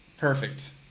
Perfect